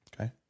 Okay